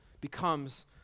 becomes